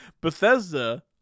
Bethesda